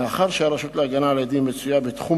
מאחר שהרשות להגנה על עדים מצויה בתחום